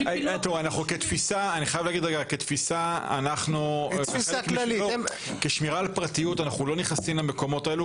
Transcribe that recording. כחלק מתפיסת שמירה על פרטיות אנחנו לא נכנסים למקומות האלו.